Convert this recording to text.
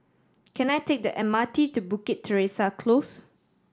can I take the M R T to Bukit Teresa Close